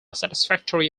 satisfactory